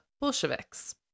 Bolsheviks